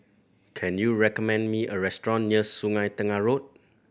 can you recommend me a restaurant near Sungei Tengah Road